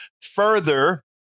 further